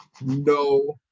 No